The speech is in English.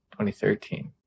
2013